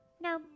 No